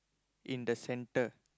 in the centre